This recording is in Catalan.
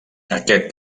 aquest